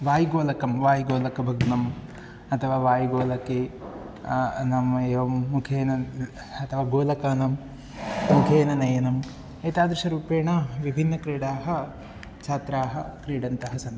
वायुगोलकं वायुगोलकभग्नम् अथवा वायुगोलके नाम एवं मुखेन अथवा गोलकानां मुखेन नयनम् एतादृशरूपेण विभिन्नक्रीडाः छात्राः क्रीडन्तः सन्ति